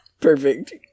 Perfect